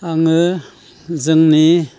आङो जोंनि